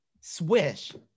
swish